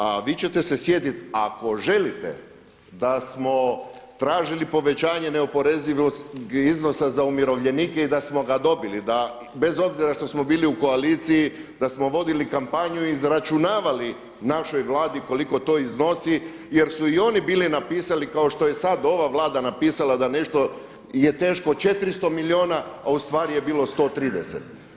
A vi ćete se sjetiti ako želite da smo tražili povećanje neoporezivog iznosa za umirovljenike i da smo ga dobili, da bez obzira što smo bili u koaliciji da smo vodili kampanju, izračunavali našoj Vladi koliko to iznosi jer su i oni bili napisali kao što je sad ova Vlada napisala da nešto je teško 400 milijuna, a u stvari je bilo 130.